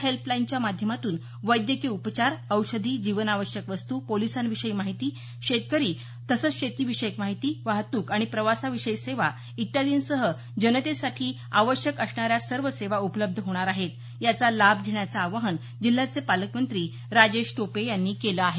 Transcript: या हेल्पलाईनच्या माध्यमातून वैद्यकीय उपचार औषधी जीवनावश्यक वस्तू पोलिसांविषयी माहिती शेतकरी तसंच शेती विषयक माहिती वाहतूक आणि प्रवासाविषयी सेवा इत्यादीसह जनतेसाठी आवश्यक असणाऱ्या सर्व सेवा उपलब्ध होणार आहेत याचा लाभ घेण्याचे आवाहन जिल्ह्याचे पालकमंत्री राजेश टोपे यांनी केलं आहे